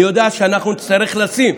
אני יודע שאנחנו נצטרך לשים,